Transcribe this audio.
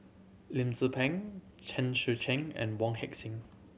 Lim Peng Chen Sucheng and Wong Heck Sing